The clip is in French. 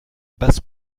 basse